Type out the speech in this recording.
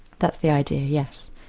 that's the idea, yes.